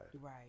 right